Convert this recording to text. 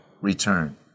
return